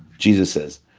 jesus says,